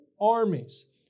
armies